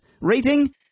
Rating